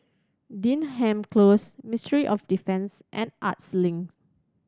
Denham Close Ministry of Defence and Arts Link